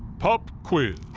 pop quiz!